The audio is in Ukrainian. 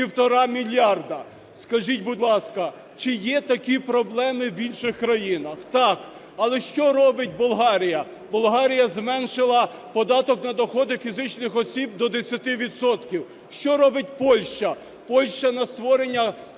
є в 1,5 мільярда. Скажіть, будь ласка, чи є такі проблеми в інших країнах? Так. Але що робить Болгарія? Болгарія зменшила податок на доходи фізичних осіб до 10 відсотків. Що робить Польща? Польща на створення